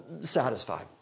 satisfied